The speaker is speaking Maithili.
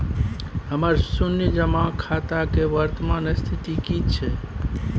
हमर शुन्य जमा खाता के वर्तमान स्थिति की छै?